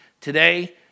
today